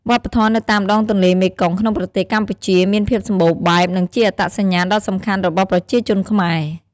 វប្បធម៌នៅតាមដងទន្លេមេគង្គក្នុងប្រទេសកម្ពុជាមានភាពសម្បូរបែប និងជាអត្តសញ្ញាណដ៏សំខាន់របស់ប្រជាជនខ្មែរ។